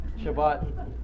Shabbat